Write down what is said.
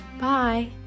Bye